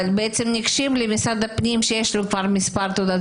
אבל בעצם ניגשים למשרד הפנים כשיש להם כבר מספר תעודת